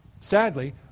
Sadly